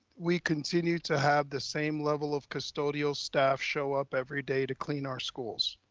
we continue to have the same level of custodial staff show up every day to clean our schools?